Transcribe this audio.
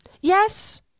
Yes